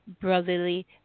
brotherly